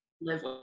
live